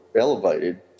elevated